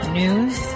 news